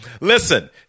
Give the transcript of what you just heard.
Listen